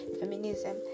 feminism